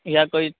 یا کوئی